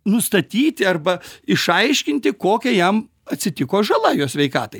nustatyti arba išaiškinti kokia jam atsitiko žala jo sveikatai